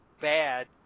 bad